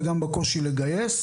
וגם בקושי לגייס,